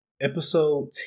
episode